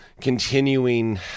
continuing